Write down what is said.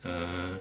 err